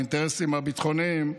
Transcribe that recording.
לאינטרסים הביטחוניים.